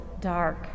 dark